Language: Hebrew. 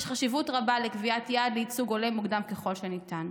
יש חשיבות רבה לקביעת יעד לייצוג הולם מוקדם ככל שניתן.